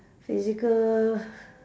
physical